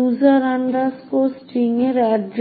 user string এর address